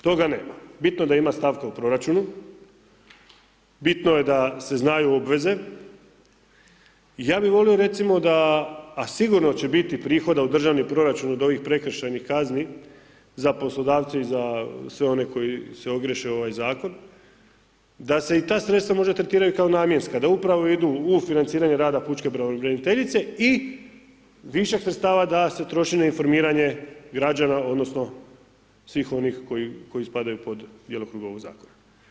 Toga nema, bitno da ima stavka u proračunu, bitno je da se znaju obveze, ja bi volio recimo da, a sigurno će biti prihoda u državni proračun od ovih prekršajnih kazni za poslodavce i za sve one koji se ogriješe o ovaj zakon, da se i ta sredstva možda tretiraju kao namjenska, da upravo idu u financiranje rada pučke pravobraniteljice i višak sredstava da se troši na informiranje građana odnosno svih onih koji spadaju pod djelokrug ovog zakona.